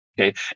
Okay